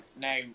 now